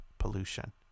pollution